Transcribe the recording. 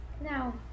now